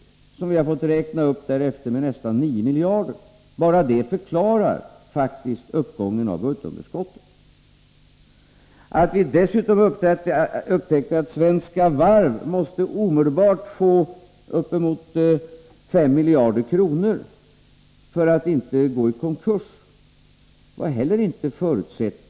Dessa har vi fått räkna upp med nästan 9 miljarder kronor. Enbart det förklarar faktiskt uppgången av budgetunderskottet. Vidare upptäckte vi att Svenska Varv omedelbart måste få uppemot 5 miljarder kronor för att inte gå i konkurs, och det var inte förutsett.